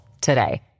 today